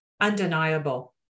undeniable